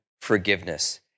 forgiveness